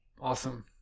awesome